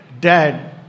dad